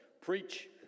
Preach